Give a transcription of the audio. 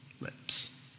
lips